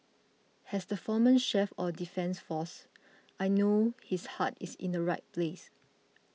has the former chief or defence force I know his heart is in the right place